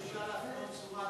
אם אפשר,